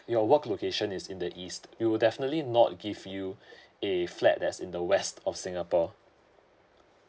your work location is in the east we will definitely not give you a flat that's in the west of singapore